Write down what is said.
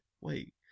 wait